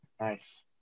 nice